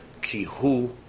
Kihu